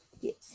Yes